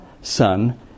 son